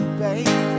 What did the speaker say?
babe